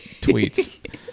tweets